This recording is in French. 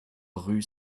rue